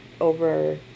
over